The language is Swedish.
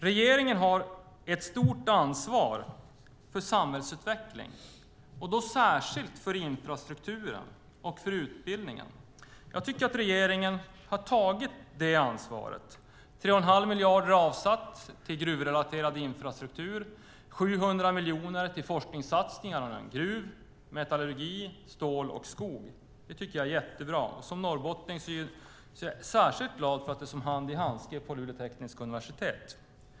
Regeringen har ett stort ansvar för samhällsutveckling och då särskilt för infrastrukturen och utbildningen. Jag tycker att regeringen har tagit det ansvaret. 3 1⁄2 miljard är avsatt till gruvrelaterad infrastruktur. 700 miljoner går till forskningssatsningar inom gruvindustri, metallurgi, stål och skog. Det tycker jag är jättebra, och som norrbottning är jag särskilt glad för att det som hand i handske är på Luleå tekniska universitet.